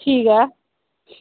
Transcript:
ठीक ऐ